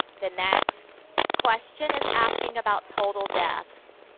the next question is asking about total deaths.